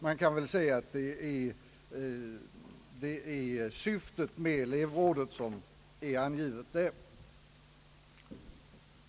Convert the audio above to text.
Man kan säga att syftet med elevrådet är angivet där.